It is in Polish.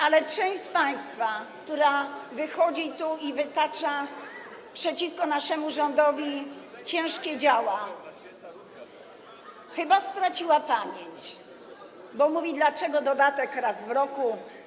Ale część z państwa, która wychodzi tu i wytacza przeciwko naszemu rządowi ciężkie działa, chyba straciła pamięć, bo mówi: Dlaczego dodatek raz w roku?